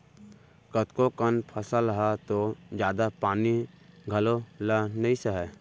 कतको कन फसल ह तो जादा पानी घलौ ल नइ सहय